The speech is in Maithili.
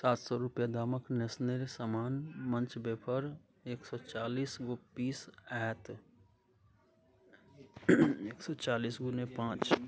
सात सओ रुपैआ दामके नेस्ले सामान मञ्च वेफर एक सओ चालीस गो पीस आएत एक सओ चालीस गुने पाँच